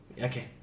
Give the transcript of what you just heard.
Okay